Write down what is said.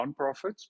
nonprofits